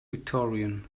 victorian